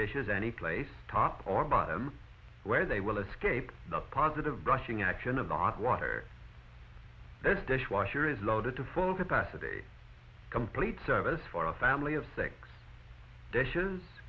dishes anyplace top or bottom where they will escape the positive brushing action of the hot water as dishwasher is loaded to full capacity complete service for a family of six dashes